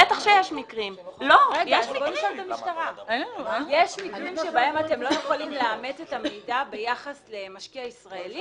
יש מקרים בהם אתם לא יכולים לאמת את המידע ביחס למשקיע ישראלי.